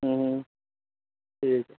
ہوں ہوں ٹھیک ہے